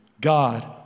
God